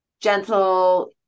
gentle